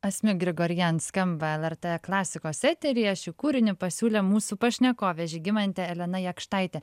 asmik grigorian skamba lrt klasikos eteryje šį kūrinį pasiūlė mūsų pašnekovė žygimantė elena jakštaitė